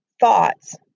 thoughts